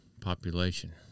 population